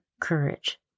courage